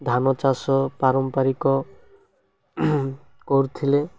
ଧାନ ଚାଷ ପାରମ୍ପାରିକ କରୁଥିଲେ